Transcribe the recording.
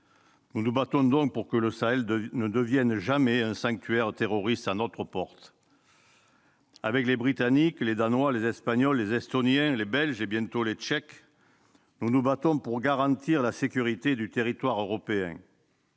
Nous nous battons donc pour que le Sahel ne devienne jamais un sanctuaire terroriste à notre porte. Avec les Britanniques, les Danois, les Espagnols, les Estoniens, les Belges, et bientôt les Tchèques, nous nous battons pour garantir la sécurité du territoire européen.